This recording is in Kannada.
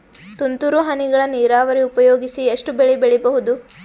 ತುಂತುರು ಹನಿಗಳ ನೀರಾವರಿ ಉಪಯೋಗಿಸಿ ಎಷ್ಟು ಬೆಳಿ ಬೆಳಿಬಹುದು?